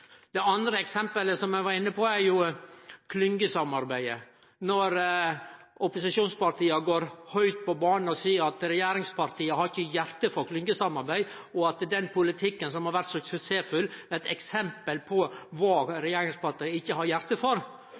andre eksemplet eg var inne på, er klyngesamarbeidet. Opposisjonspartia går høgt på banen og seier at regjeringspartia ikkje har hjarte for klyngesamarbeid, og at den politikken som har vore så suksessfull, er eit eksempel på kva regjeringspartia ikkje har hjarte for.